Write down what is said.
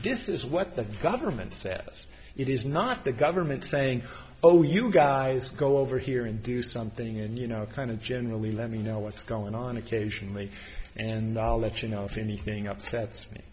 this is what the government says it is not the government saying oh you guys go over here and do something and you know kind of generally let me know what's going on occasionally and knowledge you know if anything upsets me